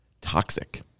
toxic